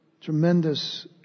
Tremendous